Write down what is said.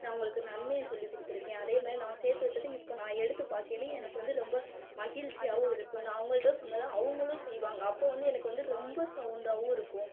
நான் அவங்களுக்கு நன்மையை சொல்லி கொடுத்து இருக்கேன் அதேமாதிரி நான் சேர்த்து வைச்சத இப்போ நான் எடுத்து பார்க்கையில எனக்கு வந்து ரொம்ப மகிழ்ச்சியாவும் இருக்கும் நான் அவங்கள்ட்ட சொன்னதை அவங்களும் செய்வாங்க அப்போது வந்து எனக்கு வந்து ரொம்ப சௌந்தாகவும் இருக்கும்